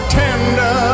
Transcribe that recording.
tender